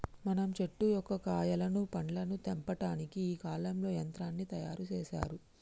మనం చెట్టు యొక్క కాయలను పండ్లను తెంపటానికి ఈ కాలంలో యంత్రాన్ని తయారు సేసారు